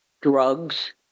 Drugs